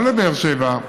גם לבאר שבע,